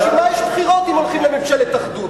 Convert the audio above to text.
בשביל מה יש בחירות אם הולכים לממשלת אחדות?